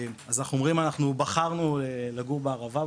אנחנו אומרים שאנחנו בחרנו לגור בערבה,